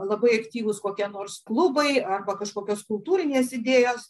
labai aktyvūs kokie nors klubai arba kažkokios kultūrinės idėjos